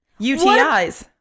UTIs